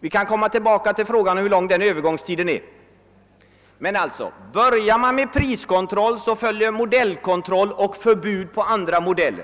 Vi kan komma tillbaka till frågan hur lång den övergångstiden är. Men börjar man med priskontroll, så följer modellkontroll och förbud mot andra modeller.